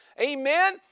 amen